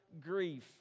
grief